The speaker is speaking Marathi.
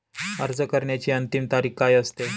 अर्ज करण्याची अंतिम तारीख काय असते?